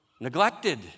neglected